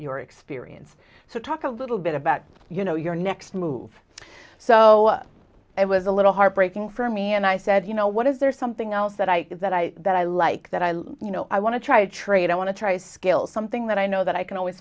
your experience so talk a little bit about you know your next move so it was a little heartbreaking for me and i said you know what is there something else that i that i that i like that i you know i want to try a trade i want to try skills something that i know that i can always